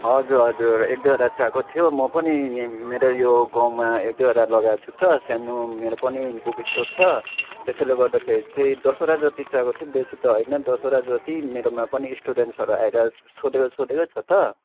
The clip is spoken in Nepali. हजुर हजुर एक दुइवटा चाहिएको थियो म पनि मेरो यो गाउँमा एक दुइवटा लगाएको छु त सानो मेरो पनि बुक स्टोर छ त्यसैले गर्दाखेरि चाहिँ दसवटा जति चाहिएको थियो बेसी त होइन दसवटा जति मेरोमा पनि स्टुडेन्टसहरू आएर सोधेको सोधेकै छ त